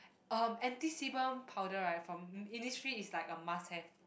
um anti sebum powder right from Innisfree is like a must have